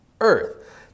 earth